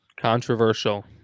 Controversial